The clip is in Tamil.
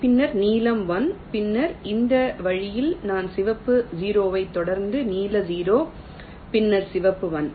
பின்னர் நீலம் 1 பின்னர் இந்த வழியில் நான் சிவப்பு 0 ஐ தொடர்ந்து நீல 0 பின்னர் சிவப்பு 1